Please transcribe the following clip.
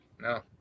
No